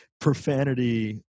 profanity